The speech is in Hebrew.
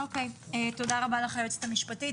אוקיי, תודה רבה לך היועצת המשפטית.